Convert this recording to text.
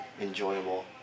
enjoyable